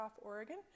Oregon